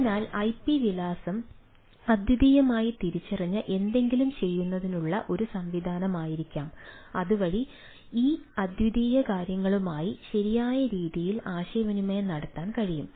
അതിനാൽ ഐപി വിലാസം അദ്വിതീയമായി തിരിച്ചറിഞ്ഞ എന്തെങ്കിലും ചെയ്യുന്നതിനുള്ള ഒരു സംവിധാനമായിരിക്കാം അതുവഴി ഈ അദ്വിതീയ കാര്യങ്ങളുമായി ശരിയായ രീതിയിൽ ആശയവിനിമയം നടത്താൻ കഴിയും